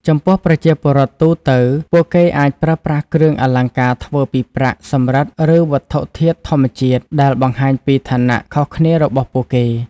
ចំពោះប្រជាពលរដ្ឋទូទៅ ពួកគេអាចប្រើប្រាស់គ្រឿងអលង្ការធ្វើពីប្រាក់ សំរឹទ្ធិ ឬវត្ថុធាតុធម្មជាតិ ដែលបង្ហាញពីឋានៈខុសគ្នារបស់ពួកគេ។